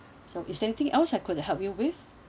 so is there anything else I could help you with